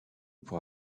pour